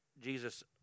Jesus